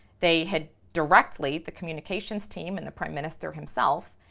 they had directly, the communications team and the prime minister himself,